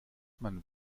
man